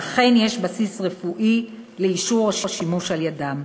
שאכן יש בסיס רפואי לאישור השימוש על-ידם.